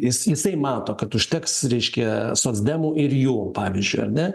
jis jisai mato kad užteks reiškia socdemų ir jų pavyzdžiui ar ne